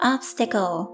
Obstacle